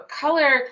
color